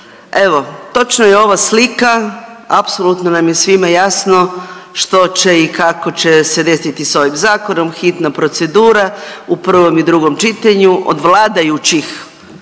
Evo točno je ovo slika, apsolutno nam je svima jasno što će i kako će se desiti sa ovim zakonom, hitna procedura, u prvom i drugom čitanju, od vladajućih,